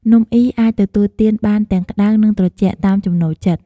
នំអុីអាចទទួលទានបានទាំងក្តៅ និងត្រជាក់ តាមចំណូលចិត្ត។